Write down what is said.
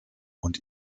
und